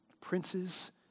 Princes